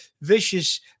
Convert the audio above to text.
vicious